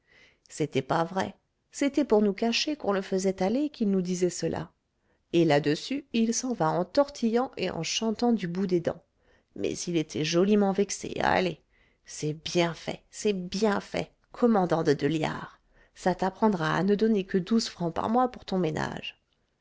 c'était pas vrai c'était pour nous cacher qu'on le faisait aller qu'il nous disait cela et là-dessus il s'en va en tortillant et en chantant du bout des dents mais il était joliment vexé allez c'est bien fait c'est bien fait commandant de deux liards ça t'apprendra à ne donner que douze francs par mois pour ton ménage